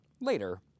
later